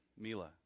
Mila